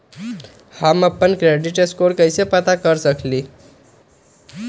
हम अपन credit score कैसे पता कर सकेली?